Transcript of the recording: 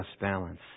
balance